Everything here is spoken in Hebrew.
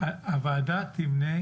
הוועדה תמנה